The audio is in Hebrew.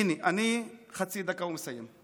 חצי דקה ואני מסיים.